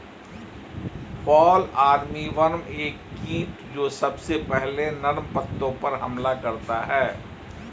fall armyworm एक कीट जो सबसे पहले नर्म पत्तों पर हमला करता है